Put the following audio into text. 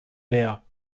bär